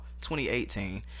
2018